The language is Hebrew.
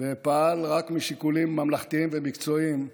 ופעל רק משיקולים ממלכתיים ומקצועיים,